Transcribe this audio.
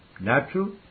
natural